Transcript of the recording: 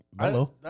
Hello